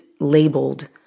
labeled